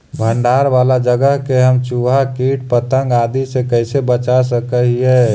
भंडार वाला जगह के हम चुहा, किट पतंग, आदि से कैसे बचा सक हिय?